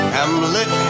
Hamlet